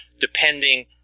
depending